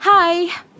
Hi